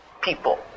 people